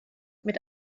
mit